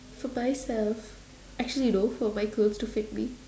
for myself actually you know for my clothes to fit me